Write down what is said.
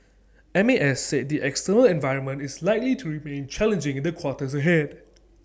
M A S said the external environment is likely to remain challenging in the quarters ahead